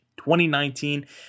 2019